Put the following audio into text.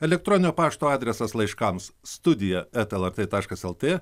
elektroninio pašto adresas laiškams studija eta lrt taškas lt